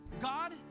God